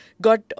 Got